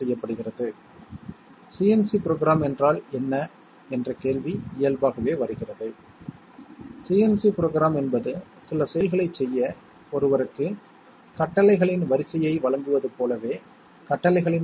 எனவே இந்த வழியில் பைனரி லாஜிக் செயல்பாடுகள் அவை சில சட்டங்களுக்குக் கீழ்ப்படிகின்றன அதை நாம் விரைவாகப் பார்க்கலாம்